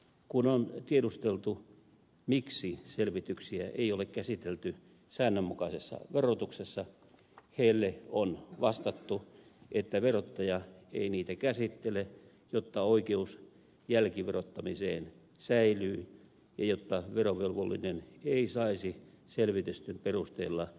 kun on tiedusteltu miksi selvityksiä ei ole käsitelty säännönmukaisessa verotuksessa heille on vastattu että verottaja ei niitä käsittele jotta oikeus jälkiverottamiseen säilyy ja jotta verovelvollinen ei saisi selvitysten perusteella luottamuksensuojaa